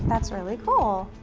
that's really cool.